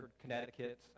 Connecticut